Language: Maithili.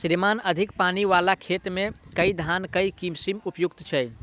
श्रीमान अधिक पानि वला खेत मे केँ धान केँ किसिम उपयुक्त छैय?